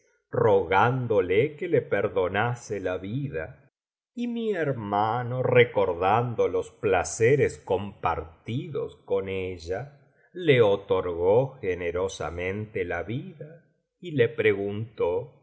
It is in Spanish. rogándole que le perdonase la vida y mi hermano recordando los placeres compartidos con ella le otorgó generosamente la vida y le preguntó y